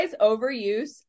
overuse